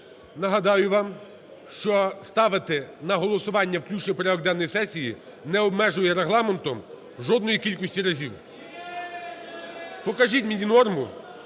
Нагадаю вам, що ставити на голосування включення в порядок денний сесії не обмежує Регламентом жодної кількості разів. Покажіть мені норму,